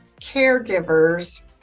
caregivers